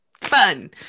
fun